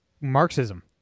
Marxism